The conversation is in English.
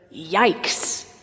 yikes